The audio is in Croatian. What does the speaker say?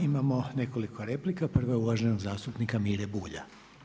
Imamo nekoliko replika, prva je uvaženog zastupnika Mire Bulja.